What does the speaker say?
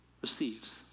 receives